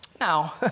Now